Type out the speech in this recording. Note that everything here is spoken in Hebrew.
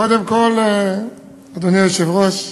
קודם כול, אדוני היושב-ראש,